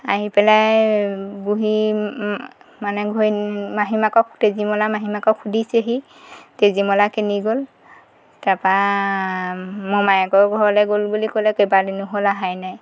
আহি পেলাই বহি মানে ঘৈ মাহীমাকক তেজীমলাৰ মাহীমাকক সুধিছেহি তেজীমলা কেনি গ'ল তাপা মোমায়েকৰ ঘৰলৈ গ'ল বুলি ক'লে কেইবাদিনো হ'ল আহাই নাই